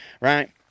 Right